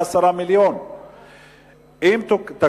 כשכל שנה זה 10 מיליוני שקלים.